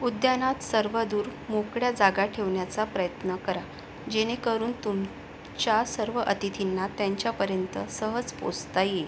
उद्यानात सर्वदूर मोकळ्या जागा ठेवण्याचा प्रयत्न करा जेणेकरून तुमच्या सर्व अतिथींना त्यांच्यापर्यंत सहज पोचता येईल